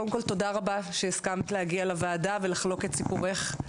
קודם כל תודה רבה שהסכמת להגיע לוועדה ולחלוק את סיפורך.